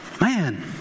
Man